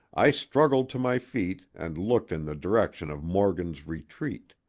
i struggled to my feet and looked in the direction of morgan's retreat